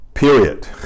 Period